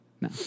No